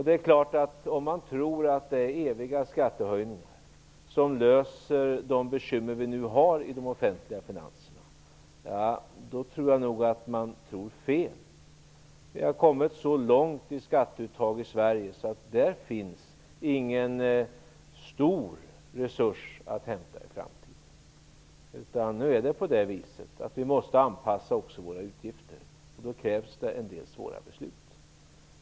Det är klart att om man tror att det är eviga skattehöjningar som löser de bekymmer vi nu har i de offentliga finanserna - då tror jag nog att man tror fel. Vi har kommit så långt i skatteuttag i Sverige så att där finns ingen stor resurs att hämta i framtiden. Nu måste vi anpassa också våra utgifter, och då krävs det en del svåra beslut.